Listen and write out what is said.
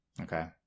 Okay